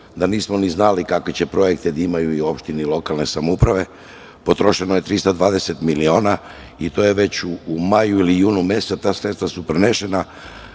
da nismo ni znali kakve će projekte da imaju opštine i lokalne samouprave, potrošeno je 320 miliona i to je već u maju i junu mesecu, a ta sredstva su prenesena